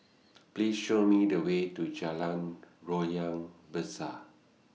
Please Show Me The Way to Jalan Loyang Besar